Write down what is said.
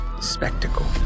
spectacle